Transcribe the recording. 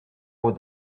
would